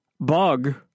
bug